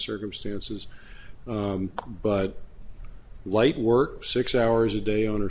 circumstances but white work six hours a day o